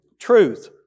Truth